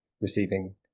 receiving